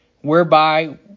whereby